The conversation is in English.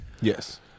Yes